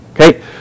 Okay